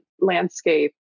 landscape